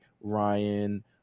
Ryan